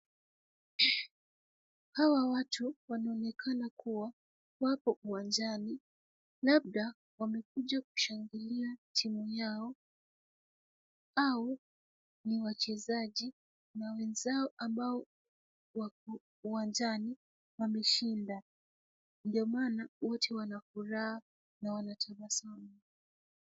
Hawa watu wanaonekana kuwa wako uwanjani, labda wamekuja kushangilia timu yao au ni wachezaji na wenzao ambao wako uwanjani wameshinda, ndio maana wote wana furaha na wanatabasamu.